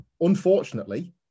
unfortunately